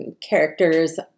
characters